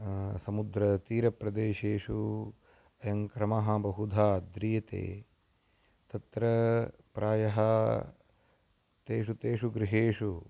समुद्रतीरप्रदेशेषु अयं क्रमः बहुधा आद्रीयते तत्र प्रायः तेषु तेषु गृहेषु